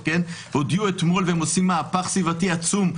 הודיעו אתמול שהם עושים מהפך סביבתי עצום.